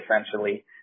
essentially